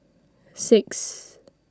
six